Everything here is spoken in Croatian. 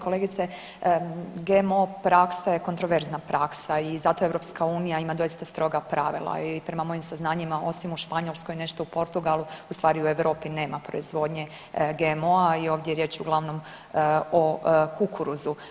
Kolegice GMO praksa je kontroverzna praksa i zato EU ima doista stroga pravila i prema mojim saznanjima osim u Španjolskoj, nešto u Portugalu, u stvari u Europi nema proizvodnje GMO-a i ovdje je riječ uglavnom o kukuruzu.